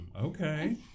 Okay